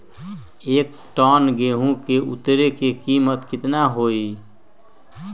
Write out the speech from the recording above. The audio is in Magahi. एक टन गेंहू के उतरे के कीमत कितना होतई?